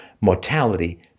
Mortality